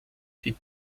die